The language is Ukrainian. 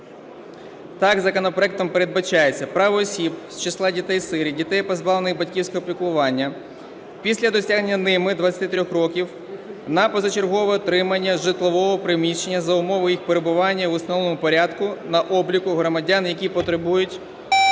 Так законопроектом передбачається право осіб з числа дітей-сиріт, дітей, позбавлених батьківського піклування, після досягнення ними 23 років на позачергове отримання житлового приміщення за умови їх перебування у встановленому порядку на обліку громадян, які потребують